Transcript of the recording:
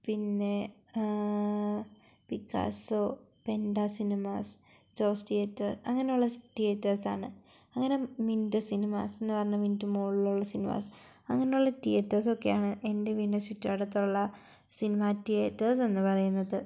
പിന്നെ Picasso penta cinemas Jose theatre അങ്ങനെ ഉള്ള തീയേറ്റേസ് ആണ് അങ്ങിനെ മിന്റ്റ് സിനിമാസ് എന്ന് പറഞ്ഞ മിന്റ്റ് മാളിൽ ഉള്ള സിനിമാസ് അങ്ങനെയുള്ള സിനിമാസ് ഒക്കെയാണ് എൻ്റെ വീടിന് ചുറ്റുവട്ടത്തുള്ള സിനിമ തീയേറ്റേസ് എന്ന് പറയുന്നത്